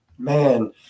Man